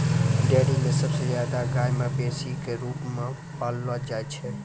dairy म सबसे जादा गाय मवेशी क रूप म पाललो जाय छै